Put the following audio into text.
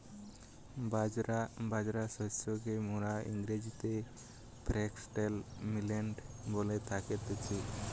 বাজরা শস্যকে মোরা ইংরেজিতে ফক্সটেল মিলেট বলে থাকতেছি